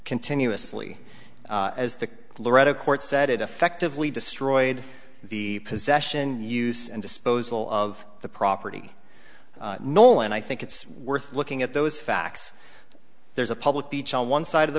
continuously as the florida court said it effectively destroyed the possession use and disposal of the property nolan i think it's worth looking at those facts there's a public beach on one side of the